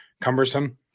cumbersome